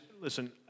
listen